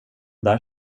där